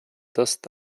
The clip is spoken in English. tossed